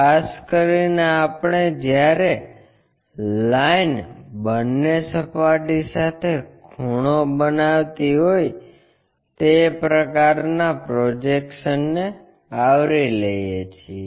ખાસ કરીને આપણે જ્યારે લાઈન બંને સપાટી સાથે ખૂણો બનાવતી હોય તે પ્રકારના પ્રોજેક્શન ને આવરી લઈએ છીએ